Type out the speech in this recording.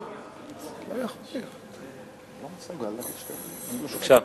אני לא מסוגל, בבקשה.